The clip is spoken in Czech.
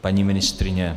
Paní ministryně?